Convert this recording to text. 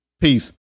Peace